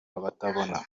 abatabona